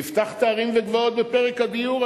והבטחת הרים וגבעות בפרק הדיור,